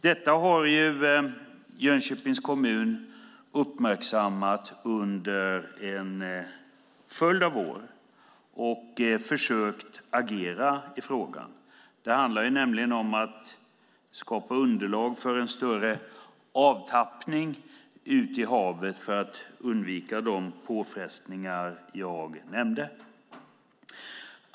Detta har Jönköpings kommun uppmärksammat under en följd av år, och man har försökt agera i frågan. Det handlar om att skapa underlag för en större avtappning ut i havet för att undvika de påfrestningar som jag nämnde.